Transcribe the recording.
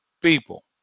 people